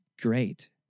great